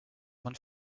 man